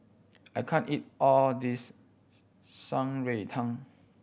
I can't eat all this Shan Rui Tang